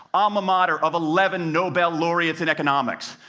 alma mater of eleven nobel laureates in economics.